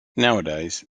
nowadays